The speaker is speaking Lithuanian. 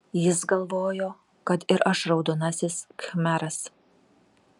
jis galvojo kad ir aš raudonasis khmeras